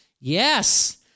yes